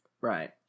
Right